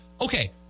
Okay